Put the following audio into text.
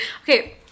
Okay